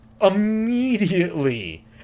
Immediately